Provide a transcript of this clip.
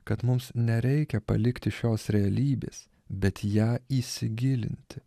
kad mums nereikia palikti šios realybės bet ją įsigilinti